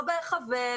לא בהיחבא,